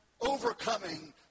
overcoming